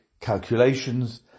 calculations